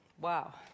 Wow